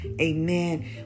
Amen